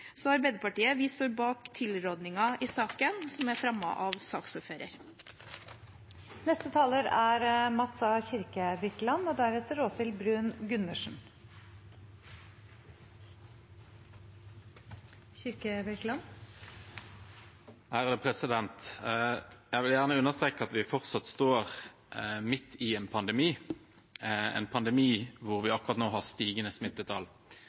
Arbeiderpartiet står bak tilrådingen i saken, som er lagt fram av saksordføreren. Jeg vil gjerne understreke at vi fortsatt står midt i en pandemi, en pandemi hvor vi akkurat nå har stigende smittetall,